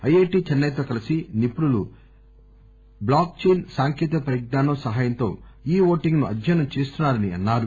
IIT Chennai తో కలిసి నిపుణులు బ్లాక్ చైన్ సాంకేతిక పరిజ్నా నం సహాయంతో ఈ ఓటింగ్ ను అధ్యయనం చేస్తున్నా రని అన్నా రు